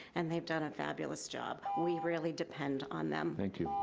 and they've done a fabulous job. we really depend on them. thank you.